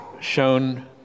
shown